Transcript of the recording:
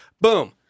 Boom